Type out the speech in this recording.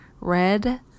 red